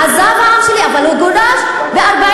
עזב העם שלי, אבל הוא גורש ב-1948.